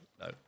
No